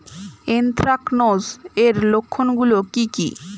Anthracnose এর লক্ষণ গুলো কি কি?